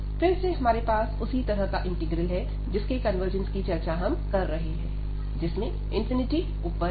फिर से हमारे पास उसी तरह का इंटीग्रल है जिसके कन्वर्जेन्स की चर्चा हम कर रहे हैं जिसमें ∞ ऊपर है